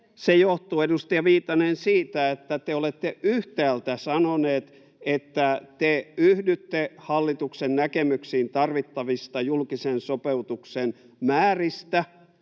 Se johtuu, edustaja Viitanen, siitä, että te olette yhtäältä sanoneet, että te yhdytte hallituksen näkemyksiin tarvittavista julkisen sopeutuksen määristä,